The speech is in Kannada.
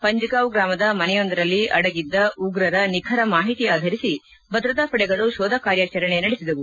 ಪಂಜ್ಗಾವ್ ಗ್ರಾಮದ ಮನೆಯೊಂದರಲ್ಲಿ ಅಡಗಿದ್ದ ಉಗ್ರರ ನಿಖರ ಮಾಹಿತಿ ಆಧರಿಸಿ ಭದ್ರತಾ ಪಡೆಗಳು ಶೋಧ ಕಾರ್ಯಾಚರಣೆ ನಡೆಸಿದವು